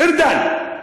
אֶרדן.